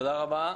תודה רבה.